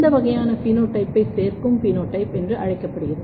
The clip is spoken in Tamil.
இந்த வகையான பினோடைப்பை சேர்க்கும் பினோடைப் என்று அழைக்கப்படுகிறது